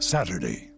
Saturday